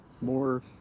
more